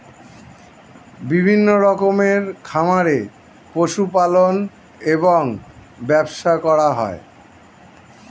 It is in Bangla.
বিভিন্ন রকমের খামারে পশু পালন এবং ব্যবসা করা হয়